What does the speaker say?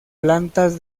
plantas